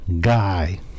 guy